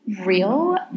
real